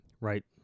Right